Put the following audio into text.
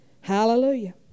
Hallelujah